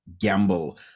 Gamble